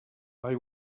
they